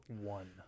one